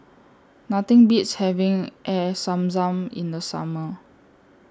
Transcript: Nothing Beats having Air Zam Zam in The Summer